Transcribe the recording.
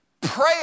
pray